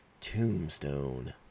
Tombstone